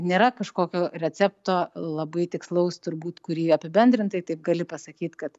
nėra kažkokio recepto labai tikslaus turbūt kurį apibendrintai taip gali pasakyt kad